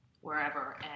wherever